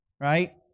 Right